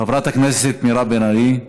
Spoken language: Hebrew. חברת הכנסת מירב בן ארי,